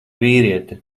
vīrieti